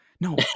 no